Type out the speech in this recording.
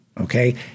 Okay